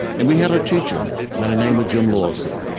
and we had a teacher by the name of jim lawson,